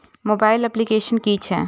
Mobile application कि छै?